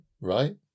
right